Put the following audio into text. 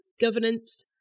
governance